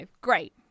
great